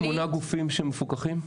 יש שמונה גופים שמפוקחים?